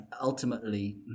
Ultimately